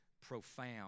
profound